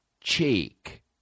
cheek